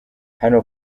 hano